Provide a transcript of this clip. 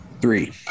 Three